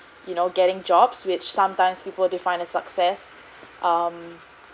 you know getting jobs which sometimes people define a success um